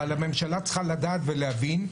אבל הממשלה צריכה לדעת ולהבין,